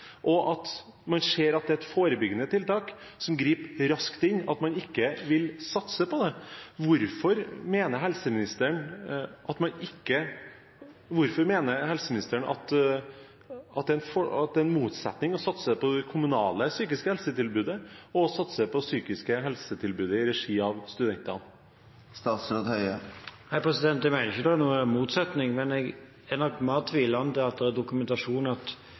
og at man ser at det er et forebyggende tiltak som griper raskt inn – at man ikke vil satse på det. Hvorfor mener helseministeren at det er en motsetning i det å satse på det kommunale psykiske helsetilbudet og det å satse på et psykisk helsetilbud i regi av studentene? Jeg mener ikke at det er noen motsetning, men jeg er nok mer tvilende til at det er dokumentasjon på at